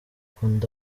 akunda